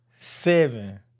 Seven